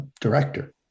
director